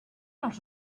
not